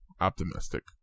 optimistic